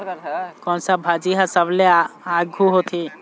कोन सा भाजी हा सबले आघु होथे?